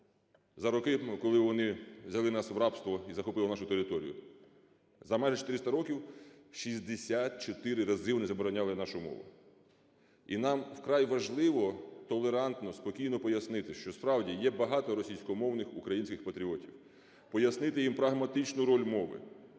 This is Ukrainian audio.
за роки, коли вони взяли нас в рабство і захопили нашу територію. За майже 400 років 64 рази вони забороняли нашу мову. І нам вкрай важливо толерантно, спокійно пояснити, що, справді, є багато російськомовних українських патріотів. Пояснити їм прагматичну роль мови,